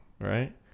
Right